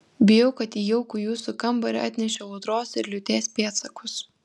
bijau kad į jaukų jūsų kambarį atnešiau audros ir liūties pėdsakus